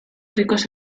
ricos